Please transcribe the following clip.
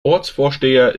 ortsvorsteher